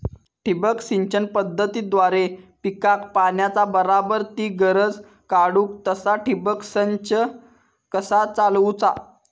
ठिबक सिंचन पद्धतीद्वारे पिकाक पाण्याचा बराबर ती गरज काडूक तसा ठिबक संच कसा चालवुचा?